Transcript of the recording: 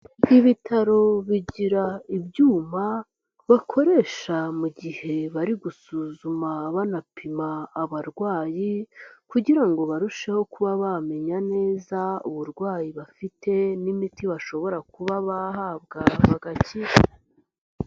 Ibitaro bigira ibyuma bakoresha mu gihe bari gusuzuma banapima abarwayi, kugirango barusheho kuba bamenya neza uburwayi bafite n'imiti bashobora kuba bahabwa bagakira.